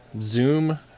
Zoom